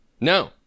No